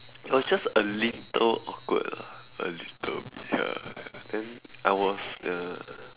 it was just a little awkward lah a little ya then I was uh